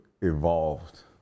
evolved